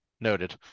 Noted